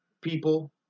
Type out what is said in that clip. people